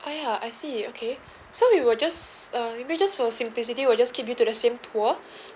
ah ya I see okay so we will just uh we may adjust for simplicity we'll just keep you to the same tour